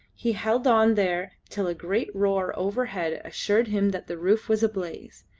he held on there till a great roar overhead assured him that the roof was ablaze.